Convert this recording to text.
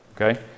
okay